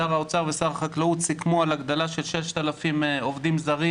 שר האוצר ושר החקלאות סיכמו על הגדלה של 6,000 עובדים זרים